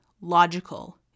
logical